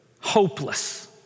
hopeless